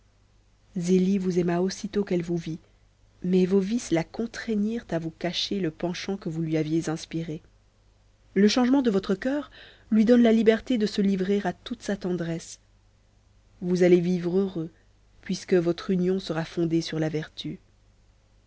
vous aima aussitôt qu'elle vous vit mais vos vices la contraignirent à vous cacher le penchant que vous lui aviez inspiré le changement de votre cœur lui donne la liberté de se livrer à toute sa tendresse vous allez vivre heureux puisque votre union sera fondée sur la vertu